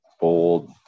bold